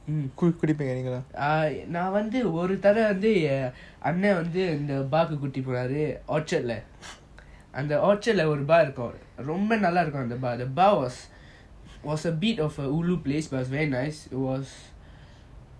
நான் வந்து ஒரு தடவ வந்து ஆனான் வந்து இந்த:naan vanthu oru thaadava vanthu aanan vanthu intha bar கூட்டிட்டு போனாங்க:kutitu ponanga orchard அந்த:antha orchard lah the bar was a bit of a ulu place but it was quite nice it was